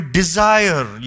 desire